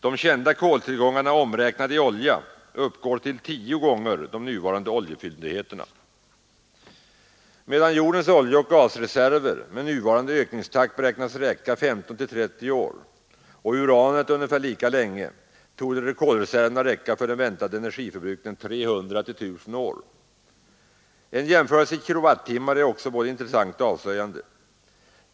De kända koltillgångarna omräknat i olja uppgår till tio gånger de nuvarande oljefyndigheterna. Medan jordens oljeoch gasreserver med nuvarande förbrukningstakt beräknas räcka 15—30 år och uranet ungefär lika länge torde kolreserverna räcka för den väntade energiförbrukningen under 300—1 000 år. En jämförelse i kilowattimmar är också både intressant och avslöjande.